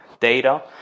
data